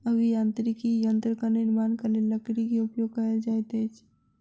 अभियांत्रिकी यंत्रक निर्माणक लेल लकड़ी के उपयोग कयल जाइत अछि